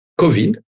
COVID